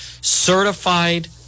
Certified